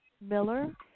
Miller